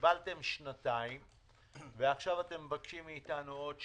קיבלתם שנתיים ועכשיו אתם מבקשים מאיתנו עוד שנתיים,